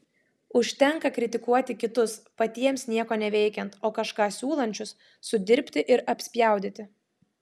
užtenka kritikuoti kitus patiems nieko neveikiant o kažką siūlančius sudirbti ir apspjaudyti